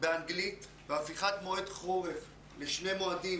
באנגלית והפיכת מועד חורף לשני מועדים,